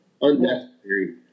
unnecessary